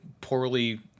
poorly